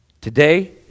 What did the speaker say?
today